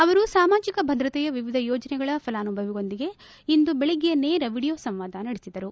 ಅವರು ಸಾಮಾಜಿಕ ಭದ್ರತೆಯ ವಿವಿಧ ಯೋಜನೆಗಳ ಫಲಾನುಭವಿಗಳೊಂದಿಗೆ ಇಂದು ಬೆಳಗ್ಗೆ ನೇರ ವಿಡಿಯೋ ಸಂವಾದ ನಡೆಸಿದರು